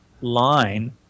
line